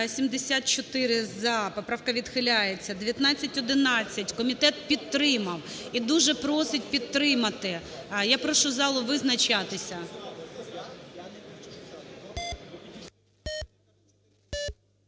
– за. Поправка відхиляється. 1912. Комітет підтримав і просить підтримати. Я прошу залу визначатися.